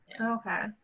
okay